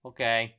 Okay